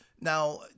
now